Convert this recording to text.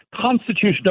constitutional